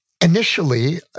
Initially